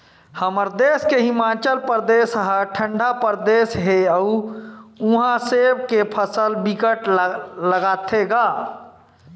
हमर देस के हिमाचल परदेस ह ठंडा परदेस हे अउ उहा सेब के फसल बिकट लगाथे गा